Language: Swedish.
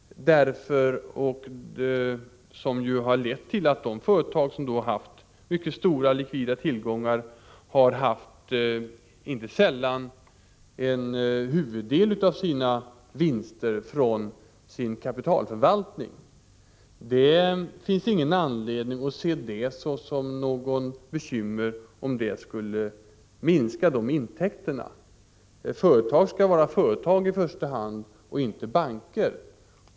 Detta höga ränteläge har lett till att företag med mycket likvida tillgångar inte sällan haft en huvuddel av sina vinster från sin kapitalförvaltning. Detta har gett en del övervinster som det inte finns anledning att vara bekymrad för om de intäkterna skulle minska. Företag skall vara företag i första hand och inte banker.